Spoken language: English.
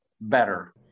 better